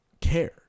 care